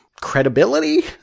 credibility